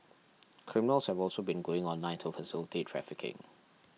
criminals have also been going online to facilitate trafficking